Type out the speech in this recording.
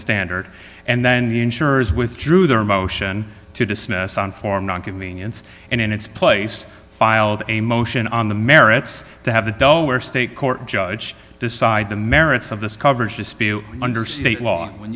standard and then the insurers withdrew their motion to dismiss on for not convenience and in its place filed a motion on the merits to have the delaware state court judge decide the merits of this coverage dispute under state law when